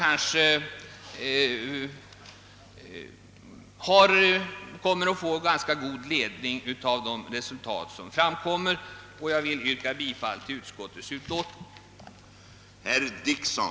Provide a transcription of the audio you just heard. Jag vill yrka bifall till utskottets hemställan.